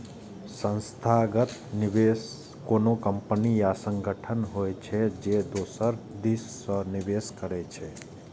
संस्थागत निवेशक कोनो कंपनी या संगठन होइ छै, जे दोसरक दिस सं निवेश करै छै